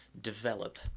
develop